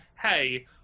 hey